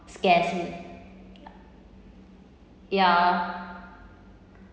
scares me ya